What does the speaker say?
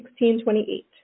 1628